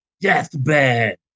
Deathbed